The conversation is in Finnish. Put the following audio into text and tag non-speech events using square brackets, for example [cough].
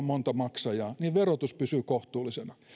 [unintelligible] monta maksajaa verotus pysyy kohtuullisena